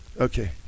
Okay